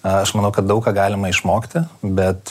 aš manau kad daug ką galima išmokti bet